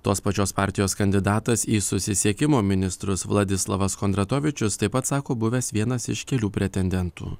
tos pačios partijos kandidatas į susisiekimo ministrus vladislavas kondratovičius taip pat sako buvęs vienas iš kelių pretendentų